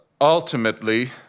ultimately